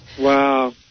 wow